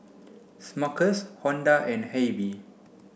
Smuckers Honda and AIBI